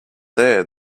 there